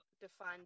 define